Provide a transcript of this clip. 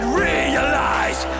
realize